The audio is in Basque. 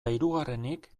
hirugarrenik